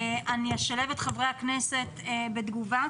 אשלב את חברי הכנסת בדיון,